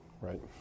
right